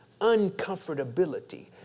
uncomfortability